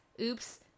oops